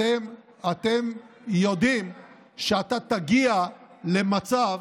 אתם יודעים שאתם תגיעו למצב